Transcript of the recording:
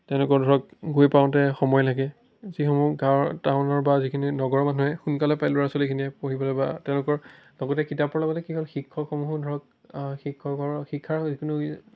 তেওঁলোকৰ ধৰক গৈ পাওঁতে সময় লাগে যিসমূহ গাঁৱৰ টাউনৰ বা যিখিনি নগৰৰ মানুহে সোনকালে পাই ল'ৰা ছোৱালীখিনিয়ে পঢ়িবলৈ বা তেওঁলোকৰ লগতে কিতাপৰ লগতে কি হ'ল শিক্ষকসমূহো ধৰক শিক্ষকৰ শিক্ষাৰ হৈ যিকোনো